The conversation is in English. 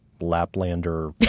Laplander